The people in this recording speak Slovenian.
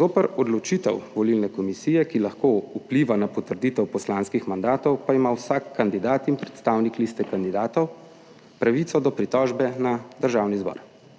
Zoper odločitev volilne komisije, ki lahko vpliva na potrditev poslanskih mandatov, pa ima vsak kandidat in predstavnik liste kandidatov pravico do pritožbe na Državni zbor.